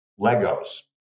Legos